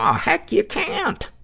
ah heck, you can't!